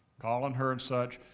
calling her and such,